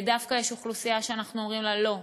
דווקא יש אוכלוסייה שאנחנו אומרים לה: לא.